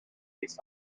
these